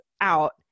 out